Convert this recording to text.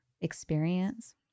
experience